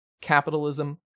capitalism